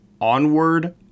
Onward